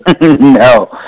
No